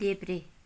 देब्रे